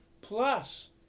Plus